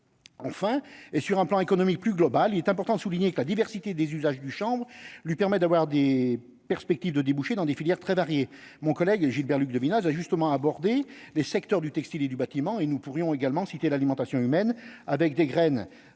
Enfin, et sur un plan économique plus globale, il est important de souligner que la diversité des usages du chambre lui permet d'avoir des perspectives de débouchés dans des filières très variés, mon collègue Gilbert Luc Domino's a justement abordé les secteurs du textile et du bâtiment, et nous pourrions également cité l'alimentation humaine, avec des graines